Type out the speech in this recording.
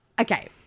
Okay